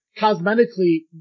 cosmetically